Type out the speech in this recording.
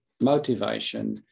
motivation